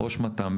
ראש מת״מ.